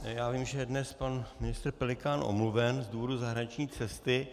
Já vím, že je dnes pan ministr Pelikán omluven z důvodu zahraniční cesty.